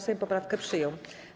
Sejm poprawkę przyjął.